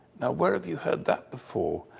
now where have you heard that before?